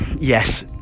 yes